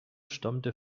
stammte